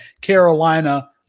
Carolina